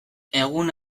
egun